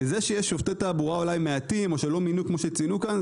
זה שיש שופטי תעבורה מעטים או שלא מינו כמו שציינו כאן,